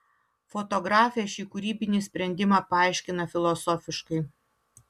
fotografė šį kūrybinį sprendimą paaiškina filosofiškai